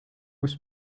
was